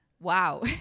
Wow